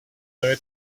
debe